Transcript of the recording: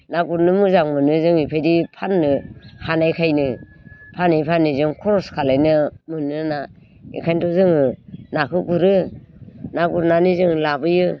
ना गुरनो मोजां मोनो जोंनि फिबायदि फान्नो हानायखायनो फानै फानै जों खर'स खालायनो मोनो ना बेखायन्थ' जोङो नाखौ गुरो ना गुरनानै जों लाबोयो